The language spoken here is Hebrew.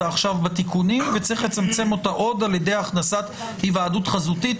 עכשיו תיקונים וצריך לצמצם אותה עוד על ידי הכנסת היוועדות חזותית.